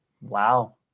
Wow